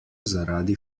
zaradi